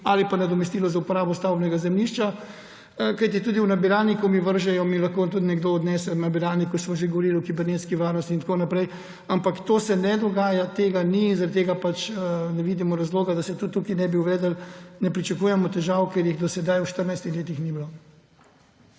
ali nadomestilo za uporabo stavbnega zemljišča. Tudi ko mi v nabiralnik vržejo, mi lahko to nekdo odnese. O nabiralniku smo že govorili, o kibernetski varnosti in tako naprej. Ampak to se ne dogaja, tega ni. Zaradi tega ne vidimo razloga, da se tudi tukaj ne bi uvedlo. Ne pričakujemo težav, ker jih do sedaj v 14 letih ni bilo.